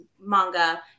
manga